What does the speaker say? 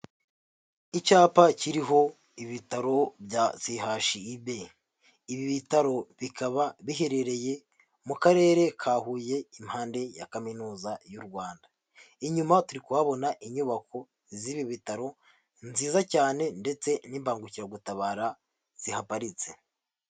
Icyapa kiriho ibitaro bya CHUB, ibi bitaro bikaba biherereye mu Karere ka Huye impande ya kaminuza y'u Rwanda, inyuma turi kuhabona inyubako z'ibi bitaro nziza cyane ndetse n'imbangukiragutabara zihaparitse.